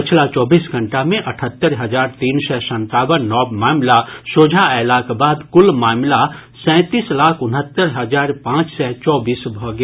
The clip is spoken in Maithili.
पछिला चौबीस घंटा मे अठहत्तरि हजार तीन सय सन्तावन नव मामिला सोझा अयलाक बाद कुल मामिला सैतीस लाख उनहत्तरि हजार पाच सय चौबीस भऽ गेल